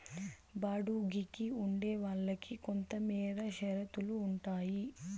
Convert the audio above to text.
బాడుగికి ఉండే వాళ్ళకి కొంతమేర షరతులు ఉంటాయి